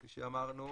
כפי שאמרנו.